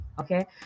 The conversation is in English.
okay